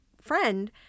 friend